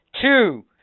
Two